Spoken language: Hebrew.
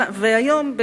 היום,